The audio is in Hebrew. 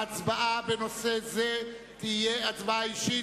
ההצבעה בנושא זה תהיה הצבעה אישית.